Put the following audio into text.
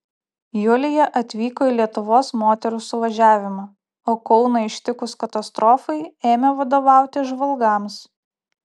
julija atvyko į lietuvos moterų suvažiavimą o kauną ištikus katastrofai ėmė vadovauti žvalgams